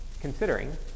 considering